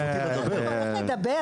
זכותי לדבר - אתה אל תצפה איך אתה מדבר?